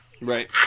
Right